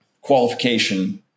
qualification